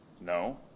No